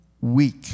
weak